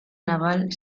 naval